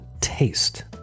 taste